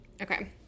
Okay